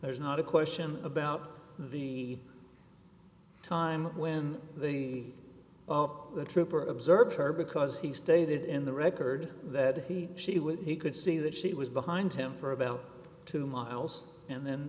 there is not a question about the time when the of the trooper observed her because he stated in the record that he she would he could see that she was behind him for about two miles and then